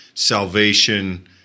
salvation